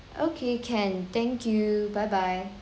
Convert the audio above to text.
okay can thank you bye bye